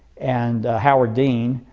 and howard dean,